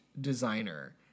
designer